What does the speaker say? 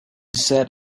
sat